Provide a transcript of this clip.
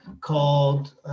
called –